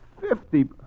Fifty